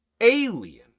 alien